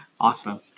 Awesome